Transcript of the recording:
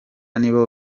nibo